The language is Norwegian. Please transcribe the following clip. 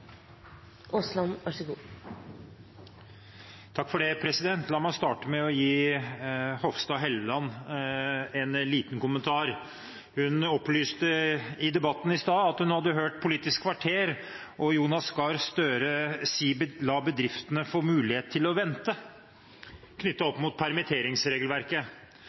La meg starte med en liten kommentar til Hofstad Helleland. Hun opplyste i debatten i stad at hun i Politisk kvarter hadde hørt Jonas Gahr Støre si: La bedriftene få mulighet til å vente – knyttet opp mot permitteringsregelverket.